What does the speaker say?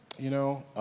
you know,